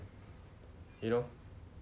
you know